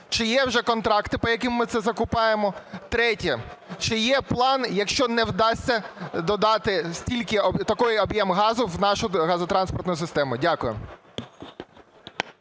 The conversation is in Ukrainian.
Чи є вже контракти, по яким ми це закупаємо? Третє. Чи є план, якщо не вдасться додати стільки, такий об'єм газу в нашу газотранспортну систему? Дякую.